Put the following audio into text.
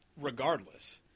regardless